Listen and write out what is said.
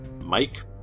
mike